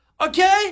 okay